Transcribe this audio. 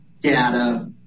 data